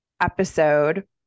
episode